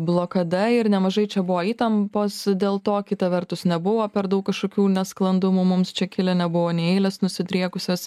blokada ir nemažai čia buvo įtampos dėl to kita vertus nebuvo per daug kažkokių nesklandumų mums čia kilę nebuvo nei eilės nusidriekusios